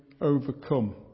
overcome